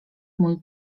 mój